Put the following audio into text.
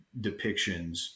depictions